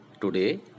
Today